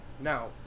Now